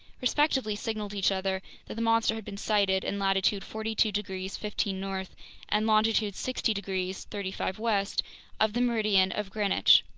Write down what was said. respectively signaled each other that the monster had been sighted in latitude forty two degrees fifteen north and longitude sixty degrees thirty five west of the meridian of greenwich.